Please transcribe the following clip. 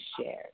shared